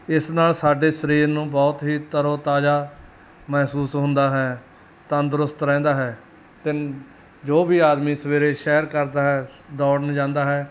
ਇਸ ਨਾਲ ਸਾਡੇ ਸਰੀਰ ਨੂੰ ਬਹੁਤ ਹੀ ਤਰੋ ਤਾਜ਼ਾ ਮਹਿਸੂਸ ਹੁੰਦਾ ਹੈ ਤੰਦਰੁਸਤ ਰਹਿੰਦਾ ਹੈ ਅਤੇ ਜੋ ਵੀ ਆਦਮੀ ਸਵੇਰੇ ਸੈਰ ਕਰਦਾ ਹੈ ਦੌੜਨ ਜਾਂਦਾ ਹੈ